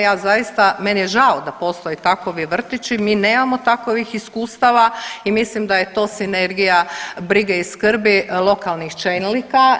Ja zaista, meni je žao da postoje takovi vrtići, mi nemamo takovih iskustava i mislim da je to sinergija brige i skrbi lokalnih čelnika.